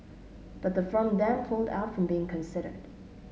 but the firm then pulled out from being considered